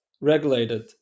regulated